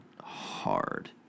hard